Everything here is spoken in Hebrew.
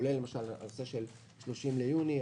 כולל למשל הנושא של ה-30 ביוני,